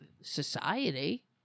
society